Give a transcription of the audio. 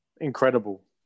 Incredible